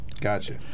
Gotcha